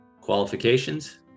qualifications